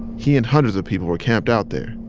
he and hundreds of people were camped out there.